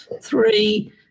three